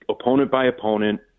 opponent-by-opponent